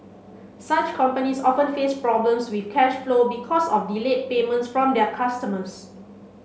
such companies often face problems with cash flow because of delayed payments from their customers